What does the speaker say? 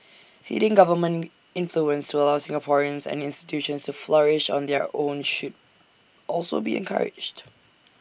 ceding government influence to allow Singaporeans and institutions flourish on their own should also be encouraged